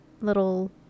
little